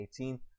2018